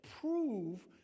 Prove